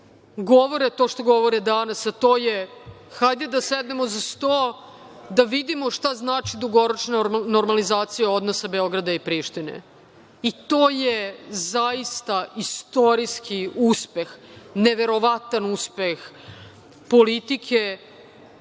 govore to što govore danas, a to je – hajde da sednemo za sto i da vidimo šta znači dugoročna normalizacija odnosa Beograda i Prištine. To je zaista istorijski uspeh, neverovatan uspeh politike